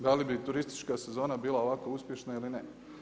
Da li bi turistička sezona bila ovako uspješna ili ne?